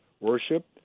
worship